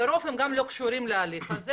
לרוב הם גם לא קשורים להליך הזה